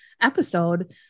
episode